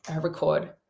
record